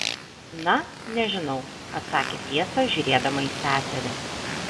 na nežinau atsakė fiesta žiūrėdama į seserį